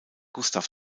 gustav